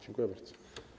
Dziękuję bardzo.